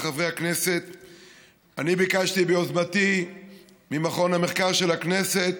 אני ביקשתי ביוזמתי ממכון המחקר של הכנסת